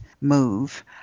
move